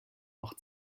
auch